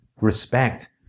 respect